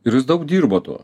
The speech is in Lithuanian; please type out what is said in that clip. ir jūs daug dirbo tuo